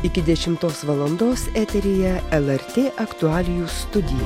iki dešimtos valandos eteryje lrt aktualijų studija